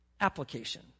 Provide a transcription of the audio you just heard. application